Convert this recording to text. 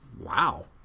wow